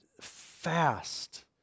fast